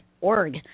org